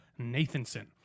Nathanson